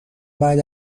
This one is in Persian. بعد